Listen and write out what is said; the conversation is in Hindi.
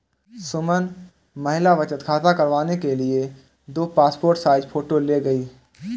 सुमन महिला बचत खाता करवाने के लिए दो पासपोर्ट साइज फोटो ले गई